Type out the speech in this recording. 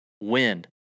wind